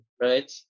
right